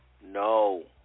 No